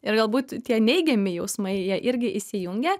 ir galbūt tie neigiami jausmai jie irgi įsijungia